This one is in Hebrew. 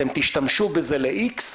אתם תשתמשו בזה ל-X.